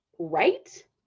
right